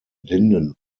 linden